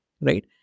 right